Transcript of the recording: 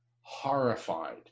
horrified